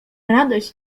radość